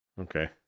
Okay